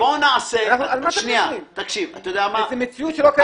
זאת מציאות שלא קיימת.